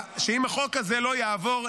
אם החוק הזה לא יעבור,